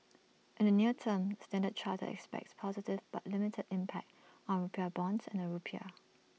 in the near term standard chartered expects positive but limited impact on rupiah bonds and the rupiah